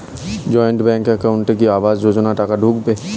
Joint bank একাউন্টে কি আবাস যোজনা টাকা ঢুকবে?